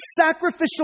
sacrificial